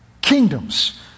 kingdoms